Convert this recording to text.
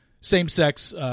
same-sex